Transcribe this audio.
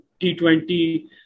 T20